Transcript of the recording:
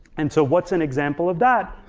and so what's an example of that?